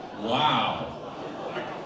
Wow